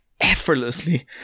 effortlessly